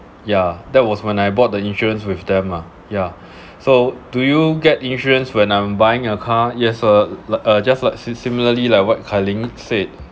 yeah that was when I bought the insurance with them ah yeah so do you get insurance when I'm buying a car yes uh li~ uh just like si~ similarly like what kai ling said